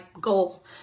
goal